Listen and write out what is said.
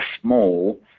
small